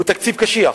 הוא תקציב קשיח.